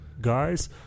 guys